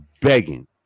begging